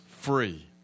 free